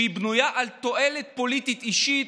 שבנויה על תועלת פוליטית אישית,